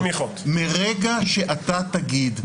מרגע שאתה תגיד,